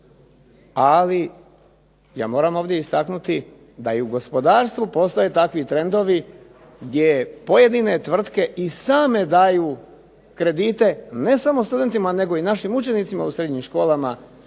Ali ja moram ovdje istaknuti da i u gospodarstvu postoje takvi trendovi gdje pojedine tvrtke i same daju kredite ne samo studentima nego i našim učenicima u srednjim školama